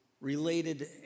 related